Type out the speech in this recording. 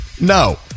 No